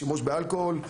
שימוש באלכוהול,